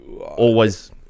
always-